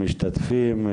לכל המשתתפים,